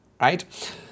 right